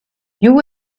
you